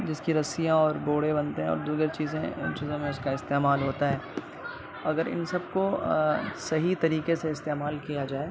جس کی رسیاں اور بورے بنتے ہیں اور دیگر چیزیں چیزوں میں اس کا استعمال ہوتا ہے اگر ان سب کو صحیح طریقے سے استعمال کیا جائے